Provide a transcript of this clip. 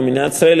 כמדינת ישראל,